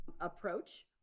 approach